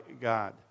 God